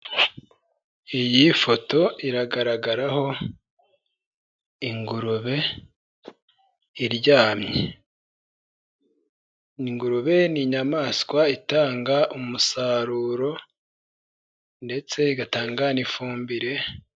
Iyi foto iragaragara inguru iryamye, ingurube ni inyamaswa itanga umusaruro ndetse igatanga n'ifumbire.